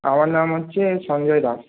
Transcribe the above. আমার নাম হচ্ছে সঞ্জয় দাস